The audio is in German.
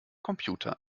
computer